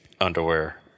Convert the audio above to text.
underwear